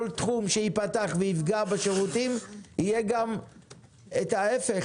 כל תחום שייפתח ויפגע בשירותים יהיה גם ההיפך,